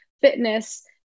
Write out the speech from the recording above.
fitness